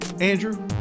Andrew